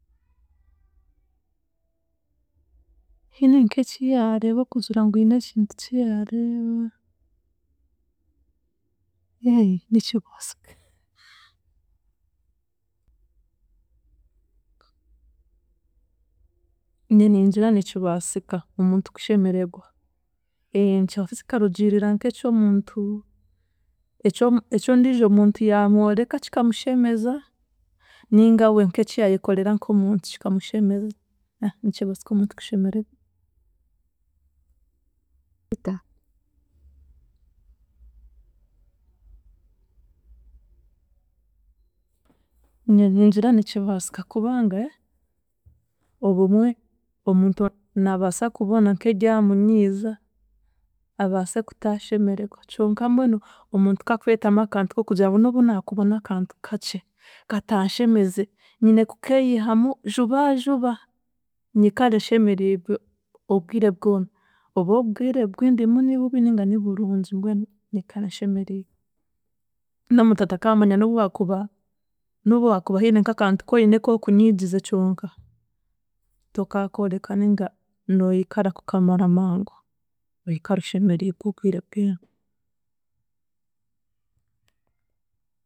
Hiine nk'eki yaareeba kugira ngu hiine ekintu kiyaareeba, ye nikibaasika. Nyowe ningira nikibaasika omuntu kushemeregwa, ye nikibasika kikarugiirira nk'ekyo omuntu ekyo eky'ondiijo muntu yaamworeka kikamushemeza ninga we nk'eki yaayekorera nk'omuntu kikamushemeza. Nikibaasika omuntu kushemeregwa. Neda, ningira nikibaasika kubanga obumwe omuntu naabaasa kubona nk'eryamunyiiza abaase kutashemeregwa, kyonka mbwenu omuntu kwakwetamu akantu k'okugira ngu n'obunaakubona akantu kakye katanshemeze nyine kukeyihamu jubajuba nyikare nshemerigwe obwire bwona oba obwire bwindimu nibubi ninga niburungi mbwenu aikare ashemeriigwe. N'omuntu atakaamanya n'obu waakuba n'obu waakuba hiine nk'akantu koine kokunyiigize kyonka tokaakoreka ninga noikara kukamara mangu oikare oshemerigwe obwire bwena.